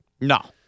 No